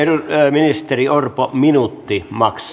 ministeri orpo maks minuutti